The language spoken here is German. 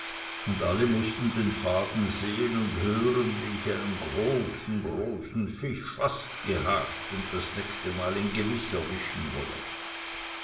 und alle mußten den faden sehen und hören wie ich einen großen großen fisch fast gehabt und das nächste mal ihn gewiß erwischen wolle